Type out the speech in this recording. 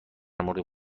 مورد